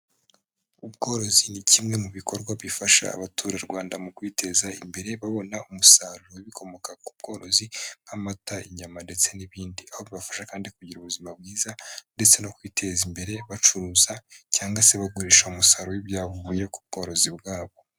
Ubworozi ni kimwe mu bikorwa bifasha abaturarwanda mu kwiteza imbere babona umusaruro w'ibikomoka ku bworozi nk'amata, inyama, ndetse n'ibindi, aho bibafasha kandi kugira ubuzima bwiza ndetse no kwiteza imbere, bacuruza, cyangwase bagurisha umusaruro w'ibyabuvuye ku bworozi bwabo.